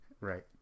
right